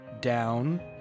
down